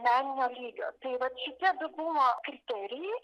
meninio lygio tai vat šitie du buvo kriterijai